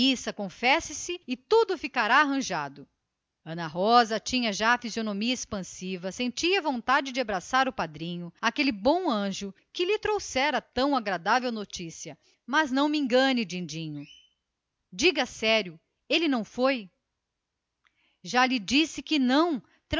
à missa confesse se e prometo que ficará tudo arranjado ana rosa tinha já a fisionomia expansiva sentia vontade até de abraçar o cônego aquele bom anjo que lhe trouxera tão agradável notícia mas não me engane dindinho diga sério ele não foi mesmo já lhe disse que não